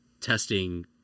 testing